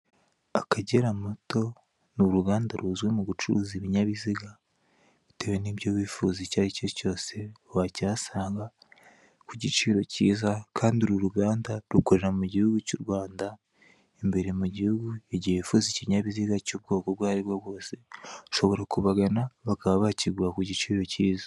Akagera mato ni uruganda ruzwi mu gucuruza ibinyabiziga bitewe n'ibyo wifuza icyo ari cyo cyose wakisanga ku giciro cyiza kandi uru ruganda rukorera mu gihugu cy' u Rwanda imbere mu gihugu igihe wifuza ikinyabiziga cy'ubwoko ubwo aribwo bwose ushobora kubagana bakaba bakiguha ku giciro cyiza.